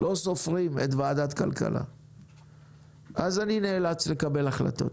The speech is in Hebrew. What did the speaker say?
אז אני נאלץ לקבל החלטות.